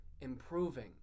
improving